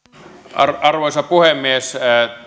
arvoisa puhemies